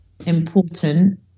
Important